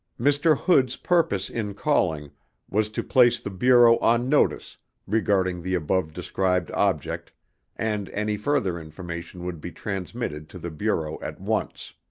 mr. hood's purpose in calling was to place the bureau on notice regarding the above described object and any further information would be transmitted to the bureau at once.